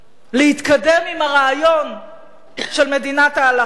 להתקדם עם הרעיון של מדינת ההלכה,